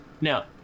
Now